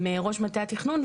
עם ראש מטה התכנון,